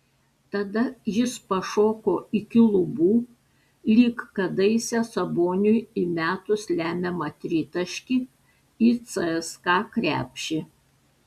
tada jis pašoko iki lubų lyg kadaise saboniui įmetus lemiamą tritaškį į cska krepšį